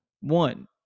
One